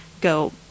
go